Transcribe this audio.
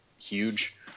huge